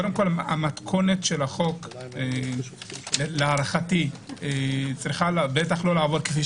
המתכונת של החוק להערכתי צריכה בטח לא לעבור כפי